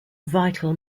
vital